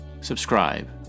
subscribe